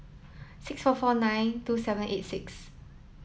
six four four nine two seven eight six